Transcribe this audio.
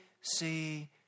see